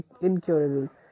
incurable